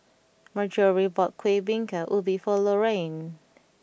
Marjorie bought Kueh Bingka Ubi for Lorayne